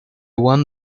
won